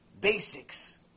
basics